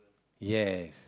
yes